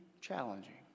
challenging